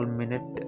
minute